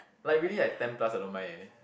like really like ten plus I don't mind eh